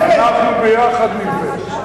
אנחנו ביחד נבנה.